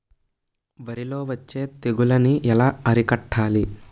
వరిలో వచ్చే తెగులని ఏలా అరికట్టాలి?